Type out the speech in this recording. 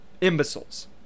imbeciles